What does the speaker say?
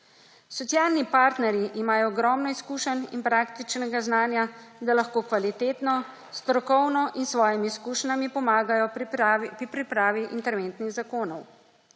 Socialni partnerji imajo ogromno izkušenj in praktičnega znanja, da lahko kvalitetno, strokovno in s svojimi izkušnjami pomagajo pri pripravi interventnih zakonov.